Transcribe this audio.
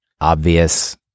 obvious